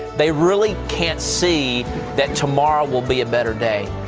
they really can't see that tomorrow will be a better day.